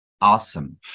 awesome